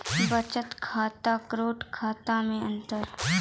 बचत खाता करेंट खाता मे अंतर?